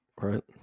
right